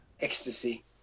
ecstasy